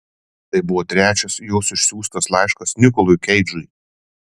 tai buvo trečias jos išsiųstas laiškas nikolui keidžui